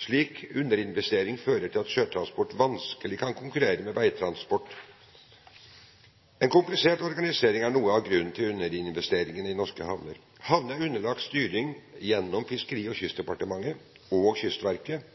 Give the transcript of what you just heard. Slik underinvestering fører til at sjøtransport vanskelig kan konkurrere med veitransport. En komplisert organisering er noe av grunnen til underinvesteringene i norske havner. Havnene er underlagt styring gjennom Fiskeri- og kystdepartementet og Kystverket.